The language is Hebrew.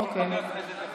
אוקיי.